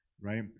right